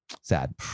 Sad